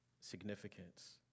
significance